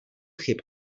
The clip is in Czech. chyb